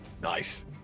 Nice